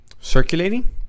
Circulating